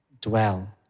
dwell